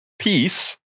peace